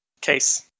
Case